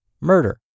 murder